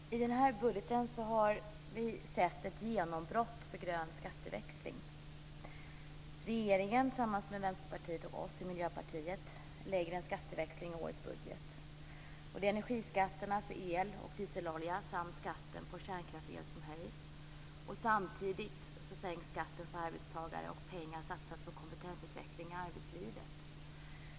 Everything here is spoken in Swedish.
Fru talman! I den här budgeten har vi sett ett genombrott för grön skatteväxling. Regeringen, tillsammans med Vänsterpartiet och oss i Miljöpartiet, lägger fram en skatteväxling i årets budget. Energiskatterna för el och dieselolja samt skatten på kärnkraftsel höjs. Samtidigt sänks skatten för arbetstagare, och pengar satsas på kompetensutveckling i arbetslivet.